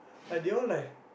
like they all like